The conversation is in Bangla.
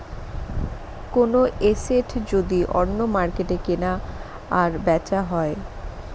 কোনো এসেট যদি অন্য মার্কেটে কেনা আর বেচা হয়